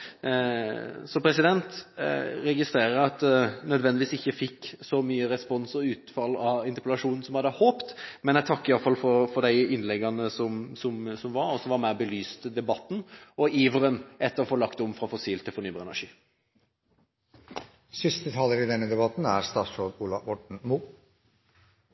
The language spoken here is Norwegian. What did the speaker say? registrerer at jeg ikke nødvendigvis fikk så mye respons på og utfall av interpellasjonen som jeg hadde håpet, men jeg takker iallfall for de innleggene som var, og som var med og belyste debatten, og iveren etter å få lagt om fra fossil til fornybar energi. Hvis det var setningen knyttet til at også statsråden er